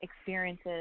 experiences